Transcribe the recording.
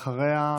אחריה,